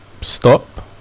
stop